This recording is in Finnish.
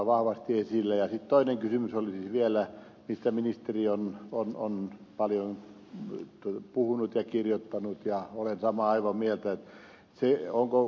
sitten olisi vielä toinen kysymys mistä ministeri on paljon puhunut ja kirjoittanut ja olen aivan samaa mieltä